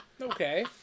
Okay